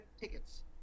tickets